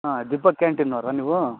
ಹಾಂ ದೀಪಕ್ ಕ್ಯಾಂಟೀನವ್ರಾ ನೀವು